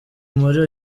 muri